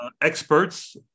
experts